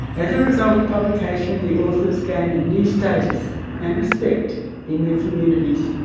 as a result of publication the authors gain a new status and respect in their communities.